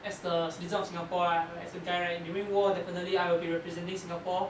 as the citizen of singapore lah as a guy right during the war definitely I will be representing singapore